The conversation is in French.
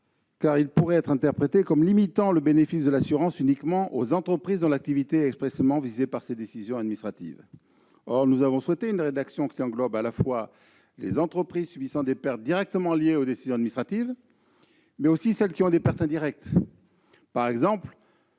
qu'il pourrait être interprété comme limitant le bénéfice de l'assurance aux entreprises, dont l'activité est expressément visée par ces décisions administratives. Or nous avons souhaité une rédaction qui englobe à la fois les entreprises qui subissent des pertes directement liées aux décisions administratives et celles qui ont des pertes indirectes. Par exemple,